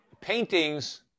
Paintings